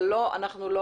אבל אנחנו לא